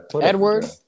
Edward